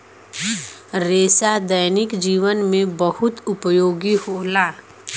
रेसा दैनिक जीवन में बहुत उपयोगी होला